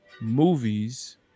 movies